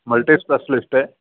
multi specialist ਹੈ